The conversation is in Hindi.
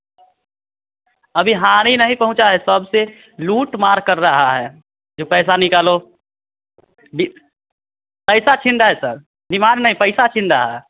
अभी हानि नहीं पहुँचा है सब से लूट मार कर रहा है कि पैसा निकालो डी पैसा छीन रहा है सर डिमांड नहीं पैसा छीन रहा है